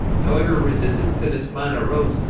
however resistance to this plan arose,